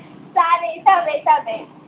सारे सब है सब है